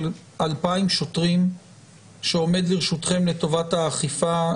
2,000 שוטרים בערך שעומד לרשותכם לטובת האכיפה,